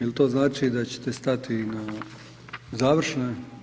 Jel to znači da ćete stati na završnoj?